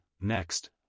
next